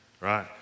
right